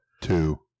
Two